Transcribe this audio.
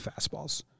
fastballs